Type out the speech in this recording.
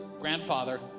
grandfather